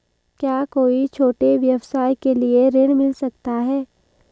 क्या कोई छोटे व्यवसाय के लिए ऋण मिल सकता है?